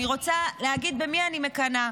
אני רוצה להגיד במי אני מקנאה.